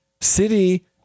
City